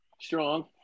Strong